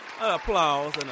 applause